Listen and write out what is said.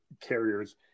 carriers